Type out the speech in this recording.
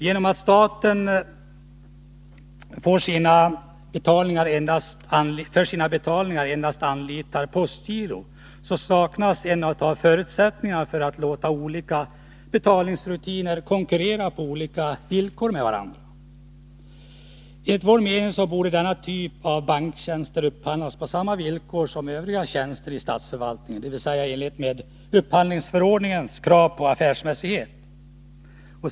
Genom att staten för sina betalningar endast anlitar postgirot saknas en av förutsättningarna för att låta olika betalningsrutiner konkurrera på lika villkor med varandra. Enligt vår mening borde denna typ av banktjänster upphandlas på samma villkor som övriga tjänster av statsförvaltningen, dvs. i enlighet med upphandlingsförordningens krav på affärsmässighet.